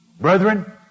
Brethren